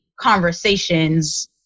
conversations